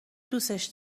دوستش